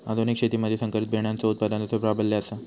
आधुनिक शेतीमधि संकरित बियाणांचो उत्पादनाचो प्राबल्य आसा